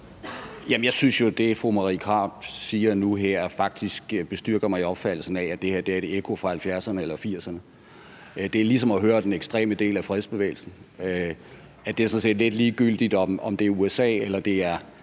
jeg synes jo, at det, fru Marie Krarup siger nu her, faktisk bestyrker mig i opfattelsen af, at det her er et ekko fra 70'erne eller 80'erne. Det er ligesom at høre den ekstreme del af fredsbevægelsen; det er sådan set lidt ligegyldigt, om det er USA eller